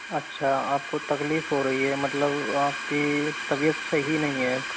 अच्छा आपको तकलीफ हो रही है मतलब आपकी तबियत सही नहीं है